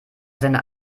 seiner